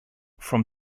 from